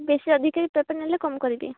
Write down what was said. ବେଶୀ ଅଧିକ ପେପର୍ ନେଲେ କମ୍ କରିବି